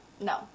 no